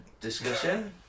discussion